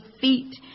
feet